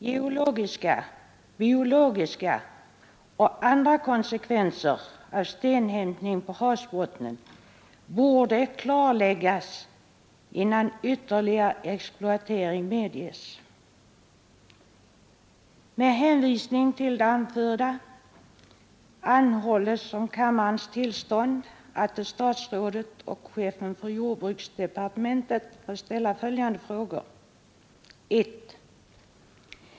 Geologiska, biologiska och andra konsekvenser av stenhämtning på havsbotten borde klarläggas innan ytterligare exploatering medges. Med hänvisning till det anförda anhålles om kammarens tillstånd att till herr jordbruksministern få ställa följande frågor: 1.